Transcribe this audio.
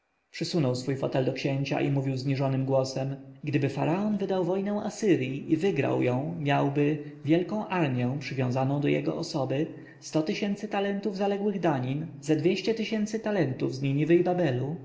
przysunął swój fotel do księcia i mówił zniżonym głosem gdyby faraon wydał wojnę asyrji i wygrał ją miałby wielką armję przywiązaną do jego osoby sto tysięcy talentów zaległych danin ze dwieście tysięcy talentów z niniwy i babelu